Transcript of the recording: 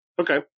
Okay